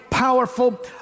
Powerful